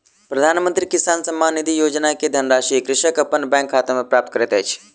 प्रधानमंत्री किसान सम्मान निधि योजना के धनराशि कृषक अपन बैंक खाता में प्राप्त करैत अछि